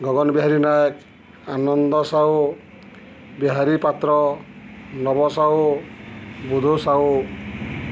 Gagan Bihari Nayak Ananda Sahu Bihari Patra Naba Sahu Budhu Sahu